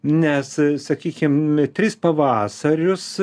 nes sakykim tris pavasarius